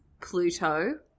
Pluto